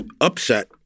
upset